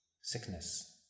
sickness